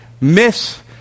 miss